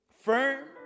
firm